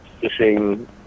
fishing